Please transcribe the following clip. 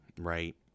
right